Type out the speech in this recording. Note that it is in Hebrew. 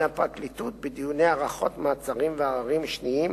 הפרקליטות בדיוני הארכות מעצרים ועררים שניים,